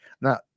Now